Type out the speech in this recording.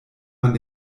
man